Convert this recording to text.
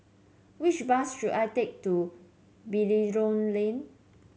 which bus should I take to Belilios Lane